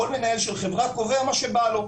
כל מנהל של חברה קובע מה שבא לו,